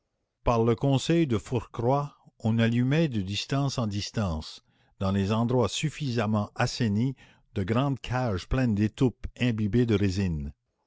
par le conseil de fourcroy on allumait de distance en distance dans les endroits suffisamment assainis de grandes cages pleines d'étoupe imbibée de résine